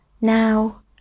now